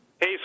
Hey